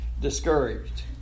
discouraged